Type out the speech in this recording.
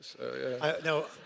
No